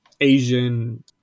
asian